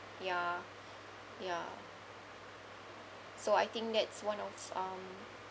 ya ya so I think that's one of um